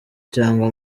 cyangwa